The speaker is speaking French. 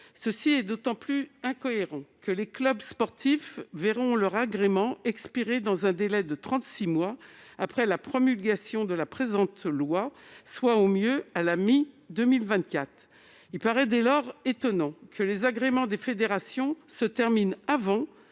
Cela est d'autant plus incohérent que les clubs sportifs verront leur agrément expirer dans un délai de trente-six mois après la promulgation de la présente loi, soit au mieux à la mi-2024. Il paraît étonnant que les agréments des fédérations sportives expirent avant